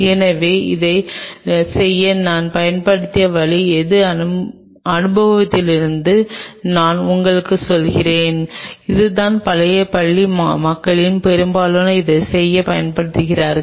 எனவே இதைச் செய்ய நான் பயன்படுத்திய வழி எனது அனுபவத்திலிருந்து நான் உங்களுக்குச் சொல்கிறேன் இதுதான் பழைய பள்ளி மக்களில் பெரும்பாலோர் இதைச் செய்ய பயன்படுத்துகிறார்கள்